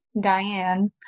diane